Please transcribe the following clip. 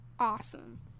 Awesome